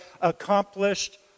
accomplished